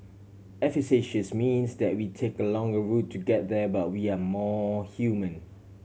efficacious means that we take a longer a route to get there but we are more human